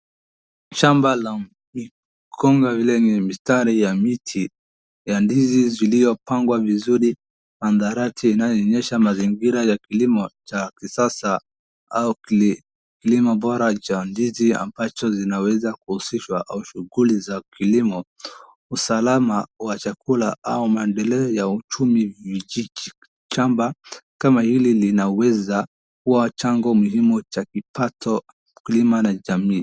Shamba la mikonga ni mistari ya miti ya ndizi zilizopangwa vizuri, hadarati inayoonyeshwa mazingira ya kilimo cha kisasa au kilimo bora cha ndizi ambacho kinaweza kuhusishwa, au shughuli za kilimo, usalama wa chakula, au maendeleo ya uchumi. Shamba kama hili linaweza kuwa chango muhimu cha kipato kwa ukulima na jamii.